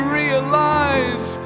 realize